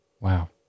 wow